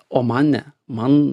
o man ne man